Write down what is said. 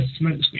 smokescreen